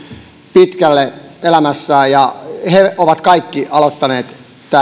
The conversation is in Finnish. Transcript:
pitkälle elämässään ja he ovat kaikki aloittaneet